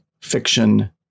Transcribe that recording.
fiction